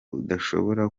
udashobora